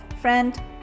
friend